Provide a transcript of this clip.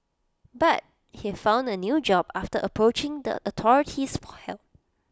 but he found A new job after approaching the authorities for help